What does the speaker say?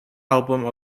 album